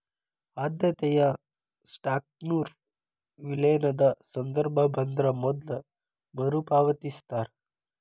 ಆದ್ಯತೆಯ ಸ್ಟಾಕ್ನೊರ ವಿಲೇನದ ಸಂದರ್ಭ ಬಂದ್ರ ಮೊದ್ಲ ಮರುಪಾವತಿಸ್ತಾರ